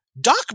Doc